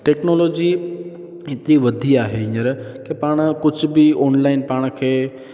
technology एतिरी वधी आहे हींअर कि पाण कुझु बि ऑनलाइन पाण खे